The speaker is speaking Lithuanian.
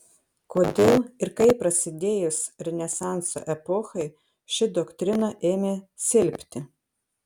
kodėl ir kaip prasidėjus renesanso epochai ši doktrina ėmė silpti